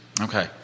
Okay